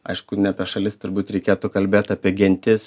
aišku ne apie šalis turbūt reikėtų kalbėt apie gentis